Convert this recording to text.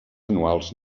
anuals